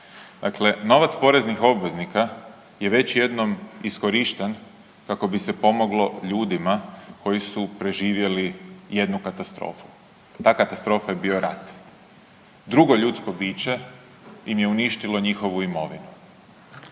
Dakle, novac poreznih obveznika je već jednom iskorišten kako bi se pomoglo ljudima koji su preživjeli jednu katastrofu. Ta katastrofa je bio rat. Drugo ljudsko biće im je uništilo njihovu imovinu.